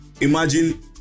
Imagine